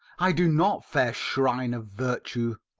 i do not, fair shrine of virtue.